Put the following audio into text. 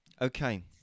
Okay